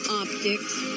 optics